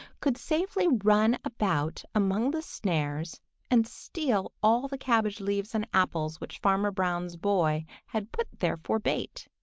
could safely run about among the snares and steal all the cabbage leaves and apples which farmer brown's boy had put there for bait.